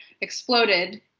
exploded